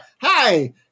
Hi